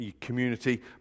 community